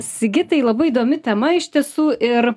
sigitai labai įdomi tema iš tiesų ir